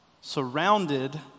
surrounded